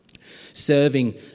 Serving